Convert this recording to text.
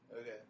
Okay